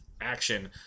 action